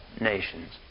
nations